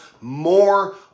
more